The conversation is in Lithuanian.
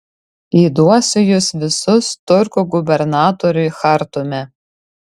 įduosiu jus visus turkų gubernatoriui chartume